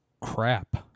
crap